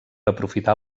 aprofitar